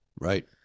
Right